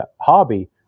hobby